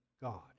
God